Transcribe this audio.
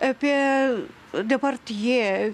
apie depardjė